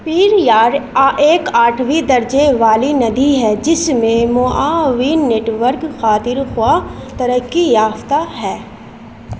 پیریار ایک آٹھویں درجے والی ندی ہے جس میں معاون نیٹ ورک خاطر خواہ ترقی یافتہ ہے